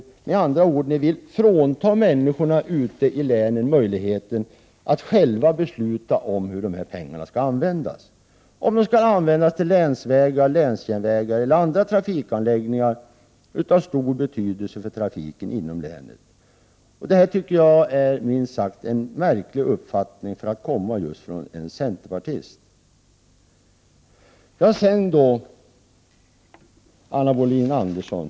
Ni vill, med 73 andra ord, frånta människorna ute i länen möjligheterna att själva besluta om hur dessa pengar skall användas, om de skall användas till länsvägar, länsjärnvägar eller andra trafikanläggningar av stor betydelse för trafiken inom länet. Det tycker jag är en, minst sagt, märklig uppfattning, för att komma från just en centerpartist. Till sist vill jag säga följande till Anna Wohlin-Andersson.